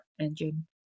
engine